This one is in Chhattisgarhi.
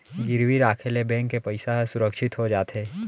गिरवी राखे ले बेंक के पइसा ह सुरक्छित हो जाथे